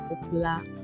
popular